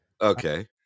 Okay